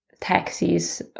taxis